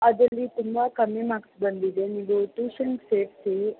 ಅದರಲ್ಲಿ ತುಂಬ ಕಮ್ಮಿ ಮಾರ್ಕ್ಸ್ ಬಂದಿದೆ ನೀವು ಟ್ಯೂಷನ್ಗೆ ಸೇರಿಸಿ